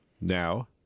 Now